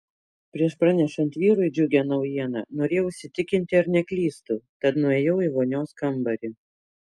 prieš pranešant vyrui džiugią naujieną norėjau įsitikinti ar neklystu tad nuėjau į vonios kambarį